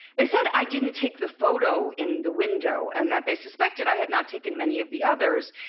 they said i didn't take the photo in the window and that they suspected i had not taken many of the others,